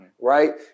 right